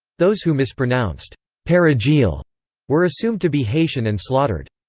those who mispronounced perejil were assumed to be haitian and slaughtered.